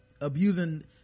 abusing